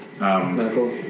medical